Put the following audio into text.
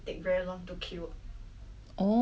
oh then I think I can try tomorrow